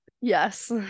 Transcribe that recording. Yes